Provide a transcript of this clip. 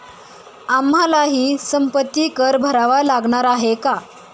आम्हालाही संपत्ती कर भरावा लागणार आहे का?